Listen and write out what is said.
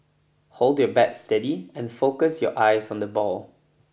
hold your bat steady and focus your eyes on the ball